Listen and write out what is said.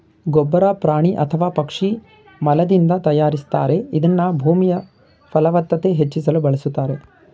ಗೊಬ್ಬರ ಪ್ರಾಣಿ ಅಥವಾ ಪಕ್ಷಿ ಮಲದಿಂದ ತಯಾರಿಸ್ತಾರೆ ಇದನ್ನ ಭೂಮಿಯಫಲವತ್ತತೆ ಹೆಚ್ಚಿಸಲು ಬಳುಸ್ತಾರೆ